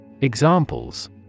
Examples